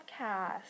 podcast